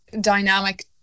dynamic